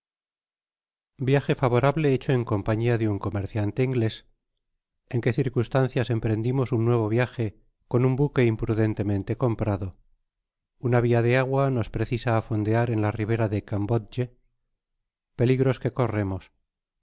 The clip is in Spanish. viaje favorable hecho en compañia de un comerciante ingles en que circunstancias emprendimos un nuevo viaje oon un buque imprudentemente comprado una via de agua nos precisa a fondear en la ribera de kanbodge peligros que corremos